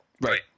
Right